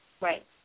Right